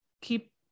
keep